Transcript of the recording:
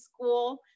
school